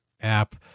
app